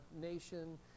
nation